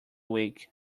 week